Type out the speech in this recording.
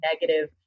negative